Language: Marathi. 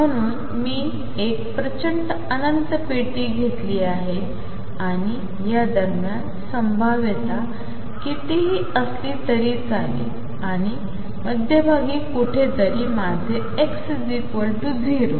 म्हणून मी एक प्रचंड अनंत पेटी घेतली आहे आणि या दरम्यान संभाव्यता कितीही असली तरी चालेल आणि मध्यभागी कुठेतरी माझे x0 आहे